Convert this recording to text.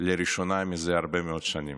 לראשונה זה הרבה מאוד שנים.